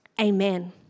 amen